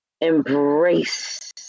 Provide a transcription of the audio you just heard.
embrace